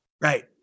Right